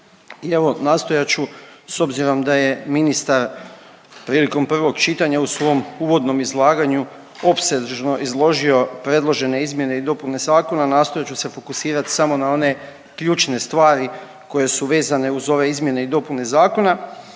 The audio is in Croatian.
i evo nastojat ću s obzirom da je ministar prilikom prvog čitanja u svom uvodnom izlaganju opsežno izložio predložene izmjene i dopune zakona, nastojat ću se fokusirat samo na one ključne stvari koje su vezane uz ove izmjene i dopune zakona